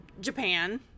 Japan